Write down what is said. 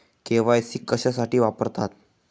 KYC कशासाठी वापरतात?